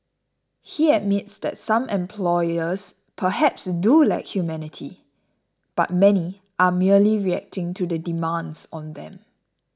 he admits that some employers perhaps do lack humanity but many are merely reacting to the demands on them